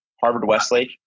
Harvard-Westlake